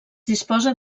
disposa